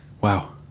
wow